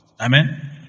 Amen